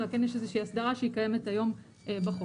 אלא כן יש איזושהי הסדרה שקיימת היום בחוק.